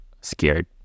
Scared